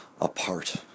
apart